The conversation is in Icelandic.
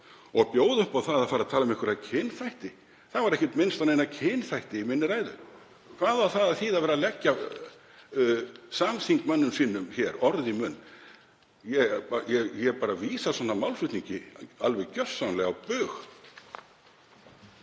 og bjóða upp á það að fara að tala um kynþætti? Það var ekkert minnst á kynþætti í minni ræðu. Hvað á það að þýða að leggja samþingmönnum sínum hér orð í munn? Ég vísa svona málflutningi gjörsamlega á bug.